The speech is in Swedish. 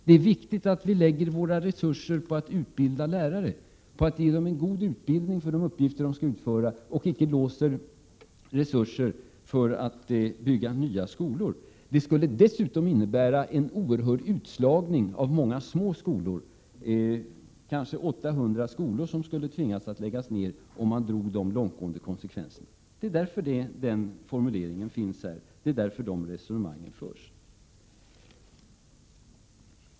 Det är viktigt att vi använder våra resurser till att utbilda lärare, till att ge dem en god utbildning för de uppgifter de skall utföra, och att vi inte låser resurser för att bygga nya skolor. Det skulle dessutom medföra en oerhört stor utslagning av många små skolor. Kanske skulle vi tvingas lägga ned 800 skolor, om man drog så långtgående konsekvenser. Det är därför denna formulering finns här, och det är därför de här resonemangen förs.